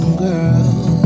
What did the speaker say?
girl